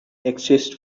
exist